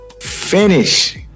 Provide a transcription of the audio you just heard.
Finish